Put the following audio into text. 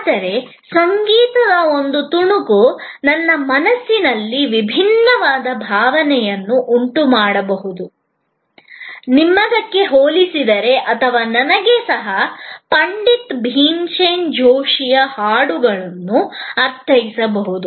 ಆದರೆ ಸಂಗೀತದ ಒಂದು ತುಣುಕು ನನ್ನ ಮನಸ್ಸಿನಲ್ಲಿ ವಿಭಿನ್ನವಾದ ಭಾವನೆಯನ್ನು ಉಂಟುಮಾಡಬಹುದು ನಿಮ್ಮದಕ್ಕೆ ಹೋಲಿಸಿದರೆ ಅಥವಾ ನನಗೆ ಸಹ ಪಂಡಿತ್ ಭೀಮ್ಸೆನ್ ಜೋಶಿಯ ಅದೇ ಭಜನೆ ಏನನ್ನಾದರೂ ಅರ್ಥೈಸಬಹುದು